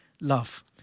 love